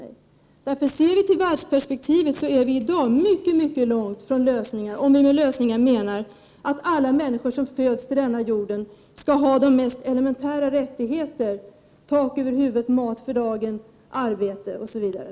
Om vi ser till världsperspektivet, finner vi att lösningarna i dag är mycket långt borta, 83 om vi med lösningar menar att alla människor som föds till denna jord skall ha de mest elementära rättigheterna, dvs. tak över huvudet, mat för dagen, arbete, osv.